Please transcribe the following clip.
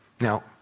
Now